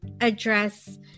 address